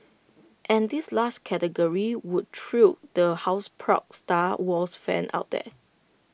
and this last category will thrill the houseproud star wars fans out there